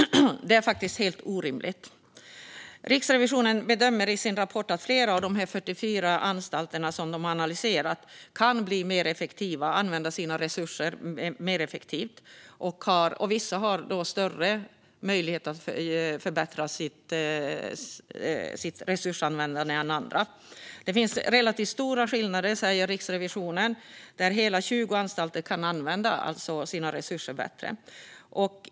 Det är faktiskt helt orimligt. Riksrevisionen bedömer i sin rapport att flera av de 44 analyserade anstalterna kan använda sina resurser mer effektivt. Vissa har större möjligheter att förbättra sitt resursanvändande än andra. Det finns relativt stora skillnader, säger Riksrevisionen, och hela 20 anstalter kan använda sina resurser bättre.